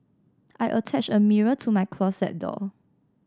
I attached a mirror to my closet door